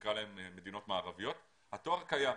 נקרא להן מדינות מערביות, התואר קיים.